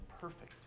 perfect